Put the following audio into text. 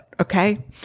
okay